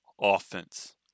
offense